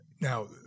now